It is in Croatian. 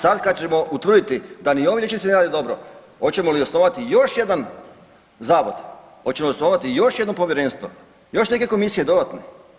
Sad kada ćemo utvrditi da ni ovi liječnici ne rade dobro, hoćemo li osnovati još jedan zavod, hoćemo li osnovati još neko povjerenstvo, još neke komisije dodatne?